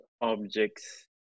objects